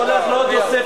השרה,